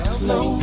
slow